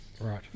right